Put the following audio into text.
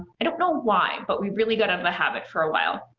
i don't know why, but we really got out of the habit for a while.